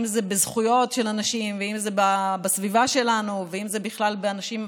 אם זה בזכויות של אנשים ואם זה בסביבה שלנו ואם זה בכלל באנשים,